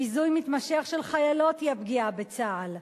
ביזוי מתמשך של חיילות הוא הפגיעה בצה"ל.